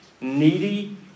needy